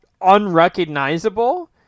unrecognizable